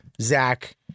Zach